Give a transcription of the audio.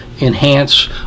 enhance